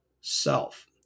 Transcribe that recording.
self